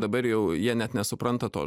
dabar jau jie net nesupranta to